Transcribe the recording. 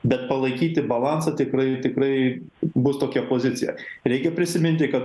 bet palaikyti balansą tikrai tikrai bus tokia pozicija reikia prisiminti kad